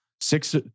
Six